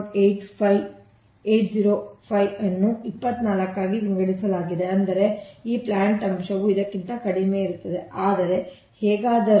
80 5 ಅನ್ನು 24 ಆಗಿ ವಿಂಗಡಿಸಲಾಗಿದೆ ಅಂದರೆ ಈ ಪ್ಲಾಂಟ್ ಅಂಶವು ಇದಕ್ಕಿಂತ ಕಡಿಮೆಯಿರುತ್ತದೆ ಆದರೆ ಹೇಗಾದರೂ